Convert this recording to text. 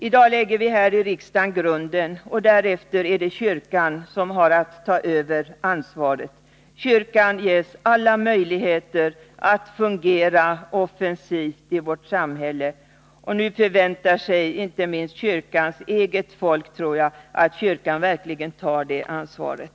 I dag lägger vi här i riksdagen grunden, och därefter är det kyrkan som har att ta över ansvaret. Kyrkan ges alla möjligheter att fungera offensivt i vårt samhälle. Och nu tror jag att inte minst kyrkans eget folk förväntar sig att kyrkan verkligen tar det ansvaret.